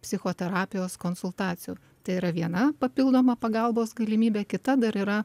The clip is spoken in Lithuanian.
psichoterapijos konsultacijų tai yra viena papildoma pagalbos galimybė kita dar yra